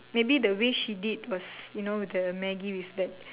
maybe the way she did was you know the Maggi with that